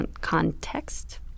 context